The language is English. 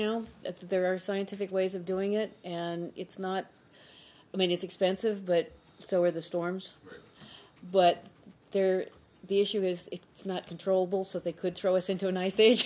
now there are scientific ways of doing it and it's not i mean it's expensive but so are the storms but there the issue is it's not controllable so they could throw us into an ice age